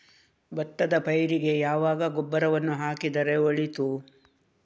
ಭತ್ತದ ಪೈರಿಗೆ ಯಾವಾಗ ಗೊಬ್ಬರವನ್ನು ಹಾಕಿದರೆ ಒಳಿತು?